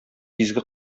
изге